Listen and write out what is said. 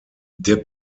der